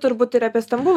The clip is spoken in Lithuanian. turbūt ir apie stambulo